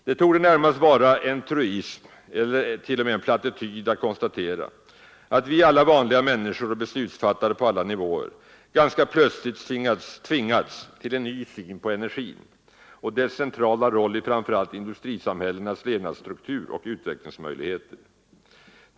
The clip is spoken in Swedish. Det torde närmast vara en truism, eller t.o.m. en plattityd, att konstatera att vi vanliga människor och beslutsfattare på alla nivåer ganska plötsligt tvingats till en ny syn på energin och dess centrala roll i framför allt industrisamhällenas levnadsstruktur och utvecklingsmöjligheter.